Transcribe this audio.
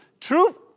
truth